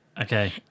Okay